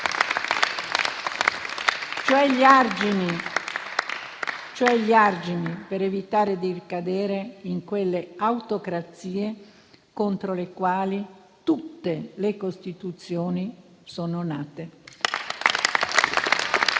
cioè gli argini per evitare di ricadere in quelle autocrazie contro le quali tutte le Costituzioni sono nate.